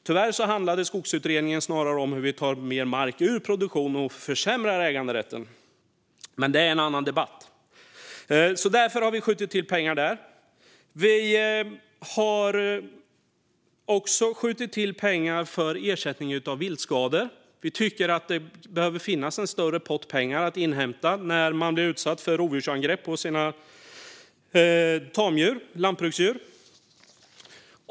Tyvärr handlade skogsutredningen snarare om hur vi tar mer mark ur produktion och försämrar äganderätten, men det är en annan debatt. Vi har också skjutit till pengar för ersättning av viltskador. Vi tycker att det behöver finnas en större pott pengar att ta ur när man blir utsatt för rovdjursangrepp på sina tamdjur och lantbruksdjur.